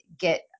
Get